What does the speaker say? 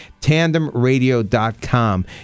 TandemRadio.com